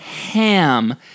ham